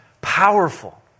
powerful